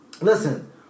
listen